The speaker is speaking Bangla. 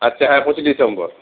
আচ্ছা হ্যাঁ পঁচিশে ডিসেম্বর